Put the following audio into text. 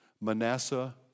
Manasseh